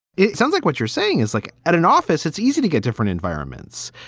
it sounds like what you're saying is like at an office, it's easy to get different environments.